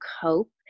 cope